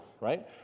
right